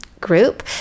group